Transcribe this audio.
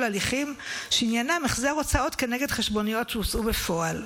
ההליכים שעניינם החזר הוצאות כנגד חשבוניות שהוצאו בפועל.